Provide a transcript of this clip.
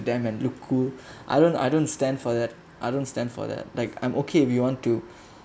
them and look who I don't I don't stand for that I don't stand for that like I'm okay if you want to